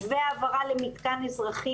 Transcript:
והעברה למתקן אזרחי,